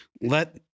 let